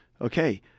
Okay